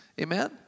Amen